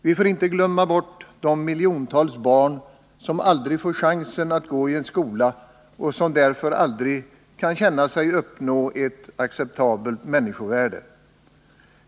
Vi får inte glömma de miljontals barn som aldrig får chansen att gå i en skola och som därför aldrig kan känna att de uppnår ett acceptabelt människovärde.